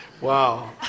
Wow